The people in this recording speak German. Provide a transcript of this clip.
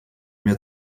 mir